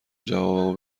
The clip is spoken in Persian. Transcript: جوابمو